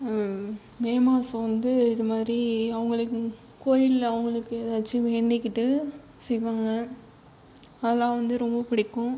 மே மாதம் வந்து இது மாதிரி அவங்களுக்கு கோயிலில் அவங்களுக்கு ஏதாச்சும் வேண்டிக்கிட்டு செய்வாங்கள் அதெலாம் வந்து ரொம்ப பிடிக்கும்